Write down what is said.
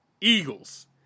Eagles